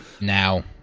Now